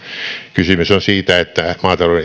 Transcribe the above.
kysymys on siitä että